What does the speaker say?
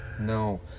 No